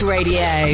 Radio